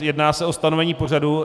Jedná se o stanovení pořadu.